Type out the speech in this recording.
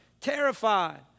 terrified